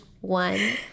one